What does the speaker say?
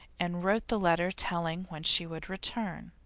and wrote the letter telling when she would return.